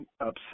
upset